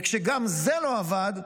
וכשגם זה לא עבד,